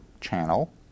channel